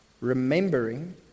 Remembering